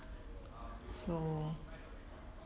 so